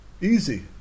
easy